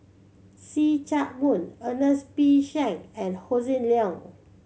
See Chak Mun Ernest P Shank and Hossan Leong